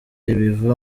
ibiva